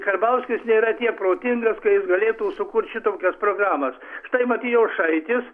karbauskis nėra tiek protingas ka jis galėtų sukurt šitokias programas štai matijošaitis